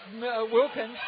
Wilkins